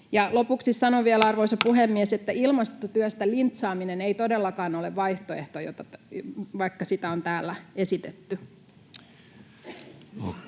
koputtaa] arvoisa puhemies, että ilmastotyöstä lintsaaminen ei todellakaan ole vaihtoehto, vaikka sitä on täällä esitetty.